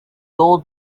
old